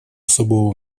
особого